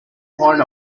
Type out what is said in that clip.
part